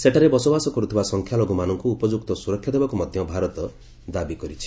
ସେଠାରେ ବସବାସ କରୁଥିବା ସଂଖ୍ୟାଲଘୁମାନଙ୍କୁ ଉପଯୁକ୍ତ ସୁରକ୍ଷା ଦେବାକୁ ମଧ୍ୟ ଭାରତ ଦାବି କରିଛି